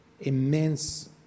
immense